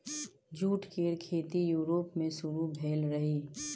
jute केर खेती Europe मे शुरु भेल रहइ